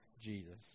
Jesus